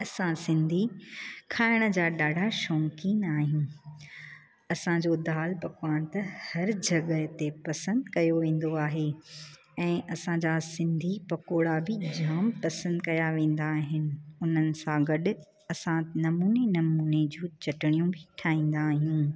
असां सिंधी खाइण जा ॾाढा शौक़ीनि आहियूं असांजो दालि पकवान त हर जॻह ते पसंदि कयो वेंदो आहे ऐं असांजा सिंधी पकोड़ा बि जाम पसंदि कया वेंदा आहिनि उन्हनि सां गॾु असां नमूनी नमूनी जूं चटणियूं बि ठाहींदा आयूं